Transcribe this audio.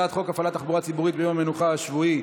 הפעלת תחבורה ציבורית ביום המנוחה השבועי,